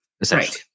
essentially